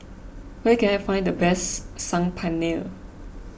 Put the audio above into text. where can I find the best Saag Paneer